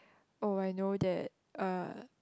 oh I know that uh